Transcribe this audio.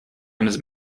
eines